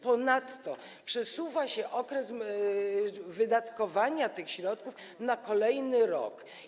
Ponadto przesuwa się okres wydatkowania tych środków na kolejny rok.